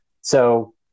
So-